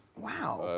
wow.